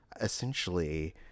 essentially